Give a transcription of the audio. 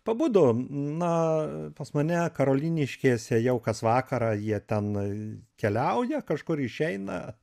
pabudo na pas mane karoliniškėse jau kas vakarą jie ten keliauja kažkur išeina